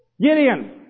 Gideon